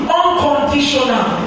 unconditional